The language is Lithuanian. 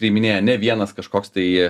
priiminėja ne vienas kažkoks tai